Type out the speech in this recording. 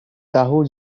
tahu